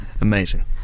amazing